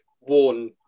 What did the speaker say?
warn